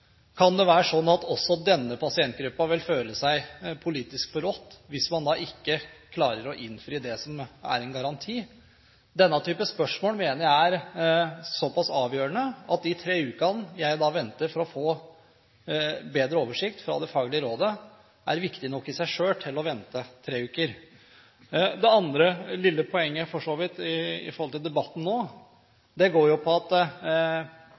Kan det være sånn at også denne pasientgruppen vil føle seg politisk forrådt hvis man ikke klarer å innfri det som er en garanti? Denne typen spørsmål mener jeg er såpass avgjørende at de tre ukene jeg venter for å få bedre oversikt fra det faglige rådet, er viktig nok i seg selv til å vente. Det andre lille poenget til debatten nå går på dette: Når representanten Jensen sier at